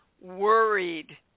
worried